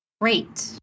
Great